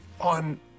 On